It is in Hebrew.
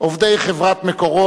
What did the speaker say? אדוני שר האנרגיה והמים ד"ר עוזי לנדאו,